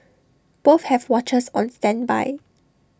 both have watchers on standby